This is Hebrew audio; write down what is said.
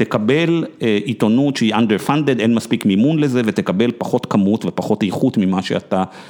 תקבל עיתונות שהיא underfunded, אין מספיק מימון לזה ותקבל פחות כמות ופחות איכות ממה שאתה